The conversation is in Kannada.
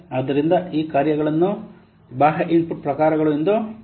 ಆದ್ದರಿಂದ ಈ ಕಾರ್ಯಗಳನ್ನು ಈ ಕಾರ್ಯಗಳನ್ನು ಬಾಹ್ಯ ಇನ್ಪುಟ್ ಪ್ರಕಾರಗಳು ಎಂದು ಕರೆಯಲಾಗುತ್ತದೆ